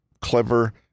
clever